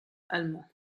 allemands